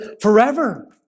forever